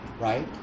Right